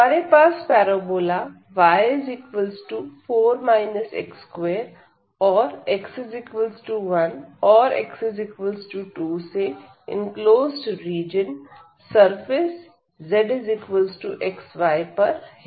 हमारे पास parabola y4 x2 औरx1 औरx2 से इंक्लोज्ड रीजन सरफेस zxy पर है